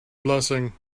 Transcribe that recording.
blessing